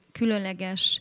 különleges